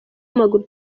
w’amaguru